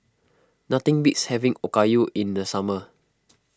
nothing beats having Okayu in the summer